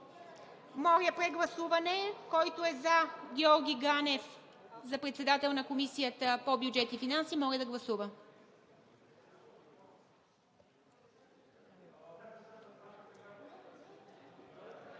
Моля, прегласуване – който е за Георги Ганев да е председател на Комисията по бюджет и финанси, моля да гласува.